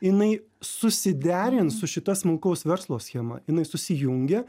jinai susiderins su šita smulkaus verslo schema jinai susijungia